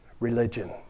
Religion